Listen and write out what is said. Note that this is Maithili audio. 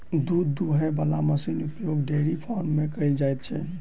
दूध दूहय बला मशीनक उपयोग डेयरी फार्म मे कयल जाइत छै